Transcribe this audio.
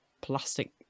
plastic